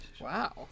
Wow